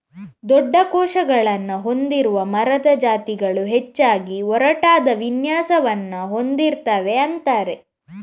ದೊಡ್ಡ ಕೋಶಗಳನ್ನ ಹೊಂದಿರುವ ಮರದ ಜಾತಿಗಳು ಹೆಚ್ಚಾಗಿ ಒರಟಾದ ವಿನ್ಯಾಸವನ್ನ ಹೊಂದಿರ್ತವೆ ಅಂತಾರೆ